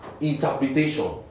interpretation